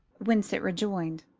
winsett rejoined.